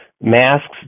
masks